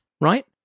right